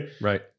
Right